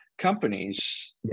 companies